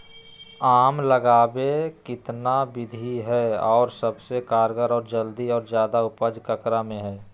आम लगावे कितना विधि है, और सबसे कारगर और जल्दी और ज्यादा उपज ककरा में है?